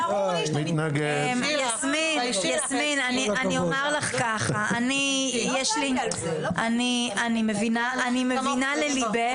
יסמין אני אומר לך ככה, אני מבינה לליבך.